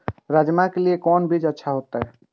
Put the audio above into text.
राजमा के लिए कोन बीज अच्छा होते?